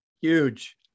Huge